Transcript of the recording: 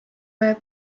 veel